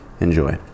Enjoy